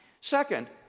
Second